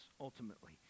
ultimately